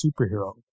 superhero